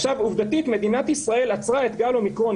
עובדתית מדינת ישראל עצרה את גל האומיקרון,